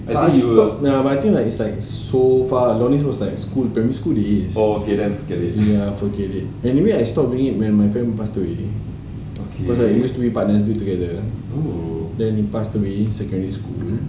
ya you will but I think like it's like so far it was like primary school ya forget it anyway I stop doing it when my friend passed away because we used to be partners together then he passed away in secondary school